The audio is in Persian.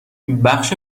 بخش